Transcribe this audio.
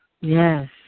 Yes